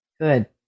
Good